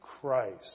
Christ